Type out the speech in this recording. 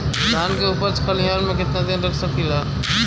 धान के उपज खलिहान मे कितना दिन रख सकि ला?